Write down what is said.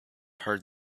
heard